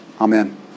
Amen